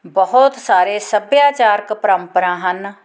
ਬਹੁਤ ਸਾਰੇ ਸੱਭਿਆਚਾਰਕ ਪਰੰਪਰਾ ਹਨ